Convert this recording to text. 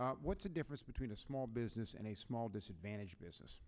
what's the difference between a small business and a small disadvantaged business